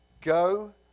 Go